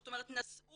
זאת אומרת נסעו